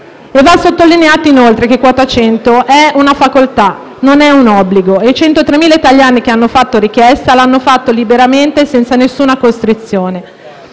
Va sottolineato inoltre che quota 100 è una facoltà, non un obbligo, e i 103.000 italiani che hanno fatto richiesta lo hanno fatto liberamente, senza alcuna costrizione.